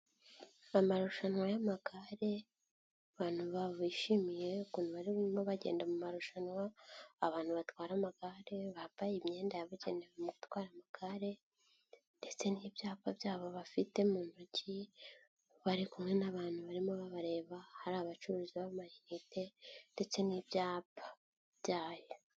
Amarushanwa y'amagare abantu bishimiye ukuntu baremo bagenda mu marushanwa, abantu batwara amagare bambaye imyenda yabugenewe gutwara amagare ndetse n'ibyapa byabo bafite mu ntoki, bari kumwe n'abantu barimo babareba, hari abacuruzi b'amayinite ndetse n'ibyapa byayo.